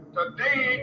today